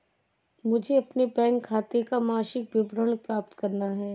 मुझे अपने बैंक खाते का मासिक विवरण प्राप्त करना है?